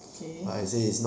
okay